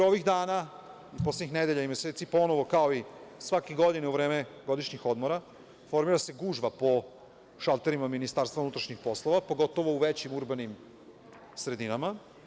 Ovih dana, poslednjih nedelja i meseci, ponovo, kao i svake godine u vreme godišnjih odmora, formira se gužva po šalterima Ministarstva unutrašnjih poslova, pogotovo u većim urbanim sredinama.